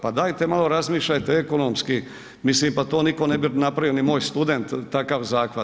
Pa dajte malo razmišljajte ekonomski, mislim pa to nitko ne bi napravio ni moj student takav zahvat.